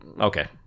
okay